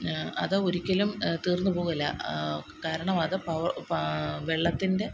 ഞാൻ അത് ഒരിക്കലും തീര്ന്ന് പോകില്ല കാരണം അത് പവ വെള്ളത്തിന്റെ